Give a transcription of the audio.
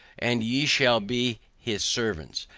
and ye shall be his servants,